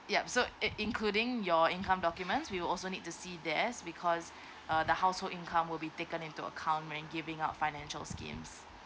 yup so i~ including your income documents we'll also need to see this because uh the household income will be taken into account when giving out financial scheme